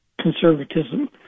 conservatism